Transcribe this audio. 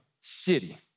City